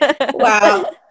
Wow